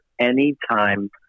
anytime